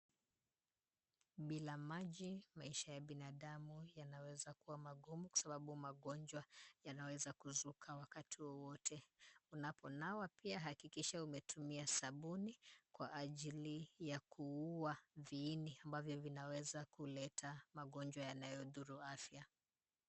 Bila maji maisha ya binadamu yanaweza kuwa magumu, kwasababu magonjwa yanaweza kuzuka wakati wowote. Unaponawa pia, hakikisha umetumia sabuni, kwa ajili ya kuua viini, ambavyo vinaweza kuleta magonjwa yanayodhuru afya.